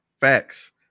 facts